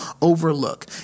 overlook